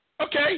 Okay